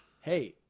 Hey